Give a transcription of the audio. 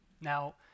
Now